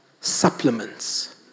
supplements